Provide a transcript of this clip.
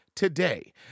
today